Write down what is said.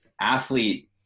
athlete